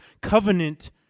covenant